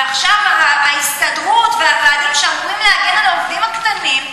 ועכשיו ההסתדרות מאשרת שלעובדים הקטנים,